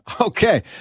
okay